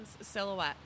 Silhouette